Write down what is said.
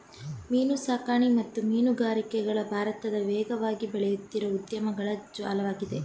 ಮೀನುಸಾಕಣೆ ಮತ್ತು ಮೀನುಗಾರಿಕೆಗಳು ಭಾರತದ ವೇಗವಾಗಿ ಬೆಳೆಯುತ್ತಿರೋ ಉದ್ಯಮಗಳ ಜಾಲ್ವಾಗಿದೆ